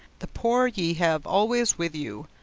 the poor ye have always with you.